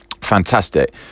fantastic